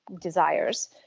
desires